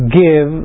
give